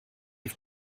auf